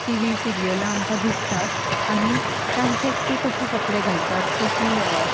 T V सिरियलां आमकां दिसतात आनी तांचे ते कशे कपडे घालतात कशी